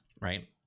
right